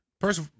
first